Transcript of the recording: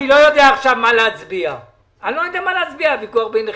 אני לא יודע עכשיו מה להצביע בוויכוח ביניכם,